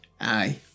Aye